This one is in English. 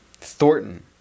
thornton